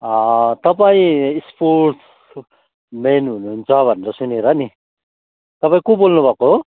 तपाईँ स्पोट्सम्यान हुनुहुन्छ भनेर सुनेर नि तपाईँ को बोल्नुभएको हो